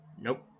Nope